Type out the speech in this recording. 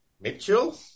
Mitchell